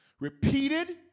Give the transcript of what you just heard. Repeated